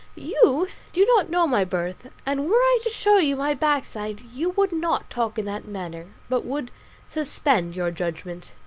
you do not know my birth and were i to show you my backside, you would not talk in that manner, but would suspend your judgment.